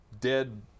dead